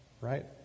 Right